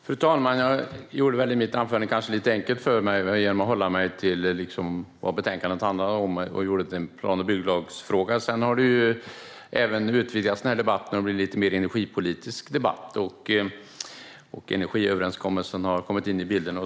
Fru talman! Jag gjorde det kanske lite enkelt för mig i mitt anförande genom att göra det som betänkandet handlar om till en plan och bygglagsfråga. Sedan har debatten även utvidgats till att bli lite mer energipolitisk, och energiöverenskommelsen har kommit in i bilden.